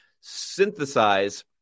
synthesize